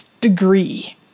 degree